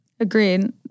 Agreed